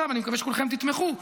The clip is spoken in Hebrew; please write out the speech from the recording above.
ואני מקווה שכולכם תתמכו,